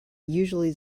usually